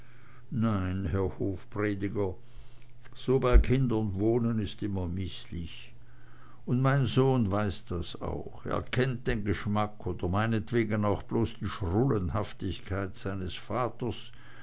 nein herr hofprediger so bei kindern wohnen ist immer mißlich und mein sohn weiß das auch er kennt den geschmack oder meinetwegen auch bloß die schrullenhaftigkeit seines vaters